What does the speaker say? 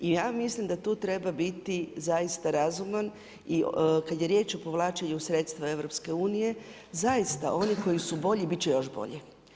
I ja mislim da tu treba biti zaista razuman i kad je riječ o povlačenju sredstava EU zaista oni koji su bolji bit će još bolji.